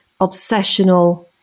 obsessional